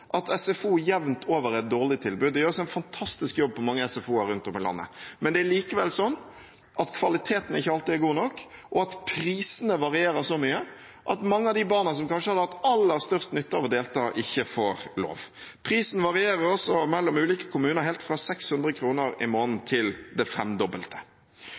at SFO jevnt over er et dårlig tilbud. Det gjøres en fantastisk jobb på mange SFO-er rundt om i landet. Men det er likevel sånn at kvaliteten ikke alltid er god nok, og at prisene varierer så mye at mange av de barna som kanskje hadde hatt aller størst nytte av å delta, ikke får lov. Prisen varierer mellom ulike kommuner helt fra 600 kr i måneden til det femdobbelte.